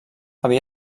havia